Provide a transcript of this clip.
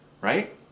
right